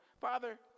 Father